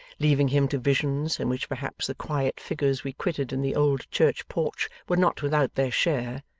leaving him to visions, in which perhaps the quiet figures we quitted in the old church porch were not without their share,